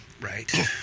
Right